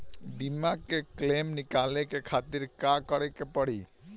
बीमा के क्लेम निकाले के खातिर का करे के पड़ी?